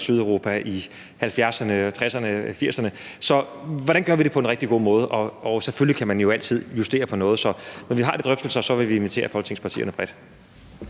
i Sydeuropa i 1960'erne, 1970'erne og 1980'erne. Så hvordan gør vi det på en rigtig god måde? Selvfølgelig kan man altid justere på noget. Så når vi har de drøftelser, vil vi invitere Folketingets partier bredt.